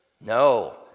No